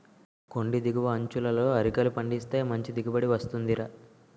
కొండి దిగువ అంచులలో అరికలు పండిస్తే మంచి దిగుబడి వస్తుందిరా